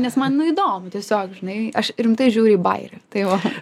nes man nu įdomu tiesiog žinai aš rimtai žiūriu į bajerį tai va